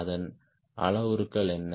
அதன் அளவுருக்கள் என்ன